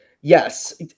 Yes